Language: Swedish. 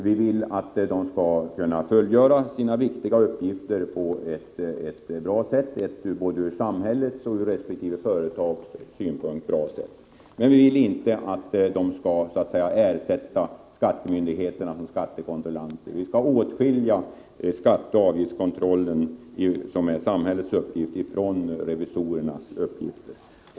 Vi vill att de skall kunna fullgöra sina viktiga uppgifter på ett ur både samhällets och resp. företags synpunkt bra sätt. Men vi vill inte att de skall så att säga ersätta skattemyndigheterna som skattekontrollanter. Vi vill att man skall åtskilja skatteoch avgiftskontrollen, som är samhällets uppgift, från revisorernas uppgift.